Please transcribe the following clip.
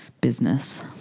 business